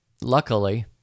luckily